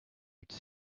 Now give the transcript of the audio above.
which